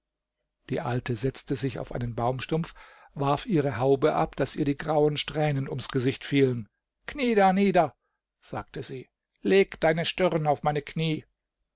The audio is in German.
die alte setzte sich auf einen baumstumpf warf ihre haube ab daß ihr die grauen strähnen ums gesicht fielen knie da nieder sagte sie leg deine stirn auf meine kniee